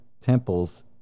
temples